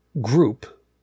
group